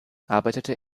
arbeitete